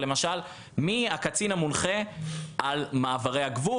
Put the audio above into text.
למשל מי הקצין המונחה על מעברי הגבול?